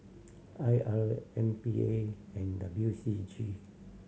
I R M P A and W C G